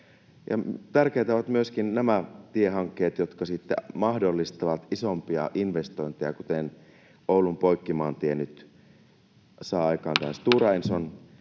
Tärkeitä ovat myöskin tiehankkeet, jotka sitten mahdollistavat isompia investointeja, kuten Oulun Poikkimaantie nyt saa aikaan [Puhemies